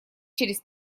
через